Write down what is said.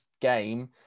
game